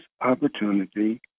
opportunity